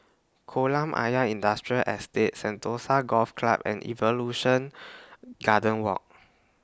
Kolam Ayer Industrial Estate Sentosa Golf Club and Evolution Garden Walk